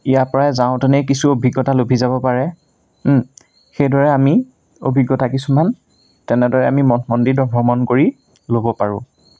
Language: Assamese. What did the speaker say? ইয়াৰপৰাই যাওঁতেনেই কিছু অভিজ্ঞতা লভি যাব পাৰে সেইদৰে আমি অভিজ্ঞতা কিছুমান তেনেদৰে আমি মথ মন্দিৰ ভ্ৰমণ কৰি ল'ব পাৰোঁ